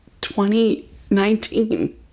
2019